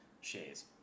shares